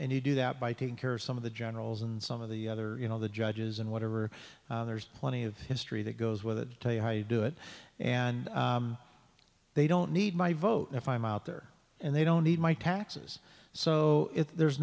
and you do that by taking care of some of the generals and some of the other you know the judges and whatever there's plenty of history that goes with it tell you how you do it and they don't need my vote if i'm out there and they don't need my taxes so there's